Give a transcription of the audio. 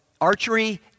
archery